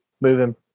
moving